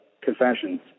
Confessions